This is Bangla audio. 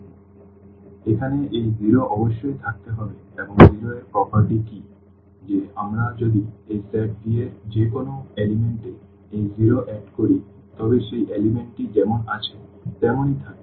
সুতরাং এখানে এই 0 অবশ্যই থাকতে হবে এবং 0 এর বৈশিষ্ট্য কী যে আমরা যদি এই সেট V এর যে কোনও উপাদান এ এই 0 যোগ করি তবে সেই উপাদানটি যেমন আছে তেমনই থাকবে